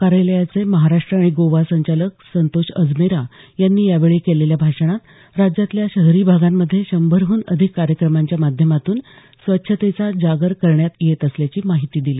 कार्यालयाचे महाराष्ट आणि गोवा संचालक संतोष अजमेरा यांनी यावेळी केलेल्या भाषणात राज्यातल्या शहरी भागांमध्ये शंभरहन अधिक कार्यक्रमांच्या माध्यमातून स्वच्छतेचा जागर करण्यात येत असल्याची माहिती दिली